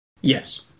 Yes